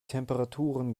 temperaturen